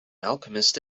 alchemist